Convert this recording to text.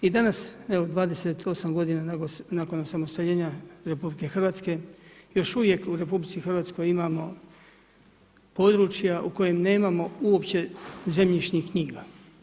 I danas, evo, 28 g. nakon osamostaljenja RH, još uvijek u RH, imamo područja u kojoj nemamo uopće zemljišnih knjiga.